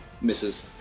Misses